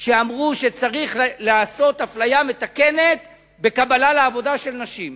שאמרו שצריך לעשות אפליה מתקנת בקבלה לעבודה של נשים.